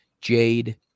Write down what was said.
Jade